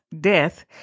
death